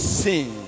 sin